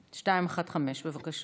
215, בבקשה.